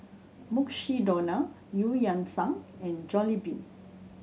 Mukshidonna Eu Yan Sang and Jollibean